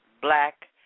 black